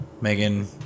Megan